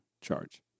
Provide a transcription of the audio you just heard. charge